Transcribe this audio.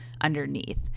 underneath